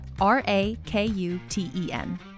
R-A-K-U-T-E-N